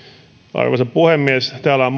arvoisa puhemies täällä on